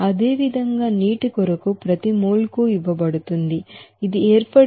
అదేవిధంగా నీటి కొరకు ప్రతి మోల్ కు ఇవ్వబడుతుంది ఇది ఏర్పడే వేడి 57